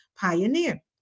pioneer